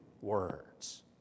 words